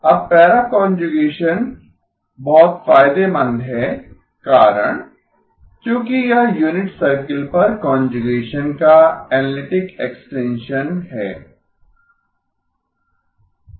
अब para conjugation बहुत फायदेमंद है कारण क्योंकि यह यूनिट सर्किल पर कांजुगेसन का एनालिटिक एक्सटेंशन है